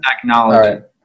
technology